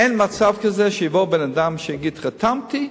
אין מצב כזה שבן-אדם יגיד: חתמתי,